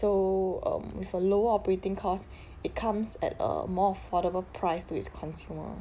so um with a lower operating cost it comes at a more affordable price to its consumer